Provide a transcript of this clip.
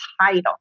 title